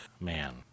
Man